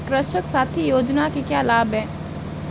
कृषक साथी योजना के क्या लाभ हैं?